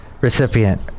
recipient